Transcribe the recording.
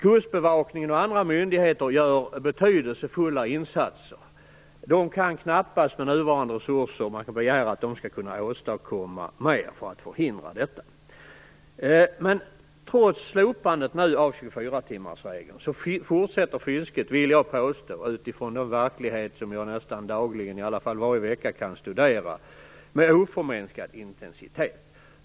Kustbevakningen och andra myndigheter gör betydelsefulla insatser. Man kan knappast begära att de med nuvarande resurser skall kunna åstadkomma mer för att förhindra detta. Trots slopandet av 24-timmarsregeln fortsätter fisket med oförminskad intensitet. Det vill jag påstå utifrån den verklighet som jag nästan dagligen, i alla fall varje vecka, kan studera.